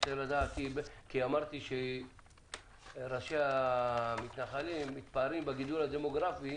אמרתי שראשי המתנחלים מתפארים בגידול הדמוגרפי